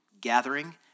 gathering